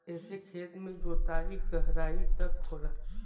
एसे खेत के जोताई गहराई तक होला